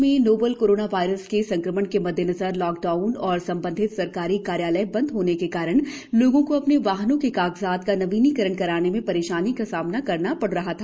देश में novel corona virus के संक्रमण के मद्देनजर लॉकडाउन और संबंधित सरकारी कार्यालय बंद होने के कारण लोगों को अपने वाहनों के कागजात का नवीकरण कराने में परेशानी का सामना करना पड़ रहा था